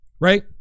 right